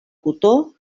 cotó